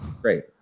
great